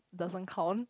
doesn't count